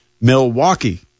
Milwaukee